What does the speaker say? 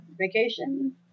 vacation